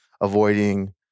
avoiding